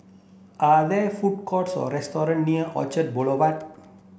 are there food courts or restaurant near Orchard Boulevard